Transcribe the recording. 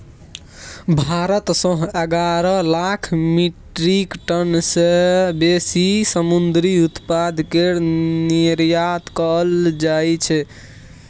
भारत सँ एगारह lakh metric tonne सँ बेसी समुंदरी उत्पाद केर निर्यात कएल जाइ छै